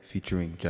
Featuring